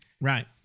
Right